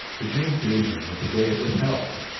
the dream gave him what the day had withheld.